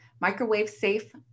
microwave-safe